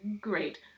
great